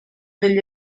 degli